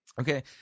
Okay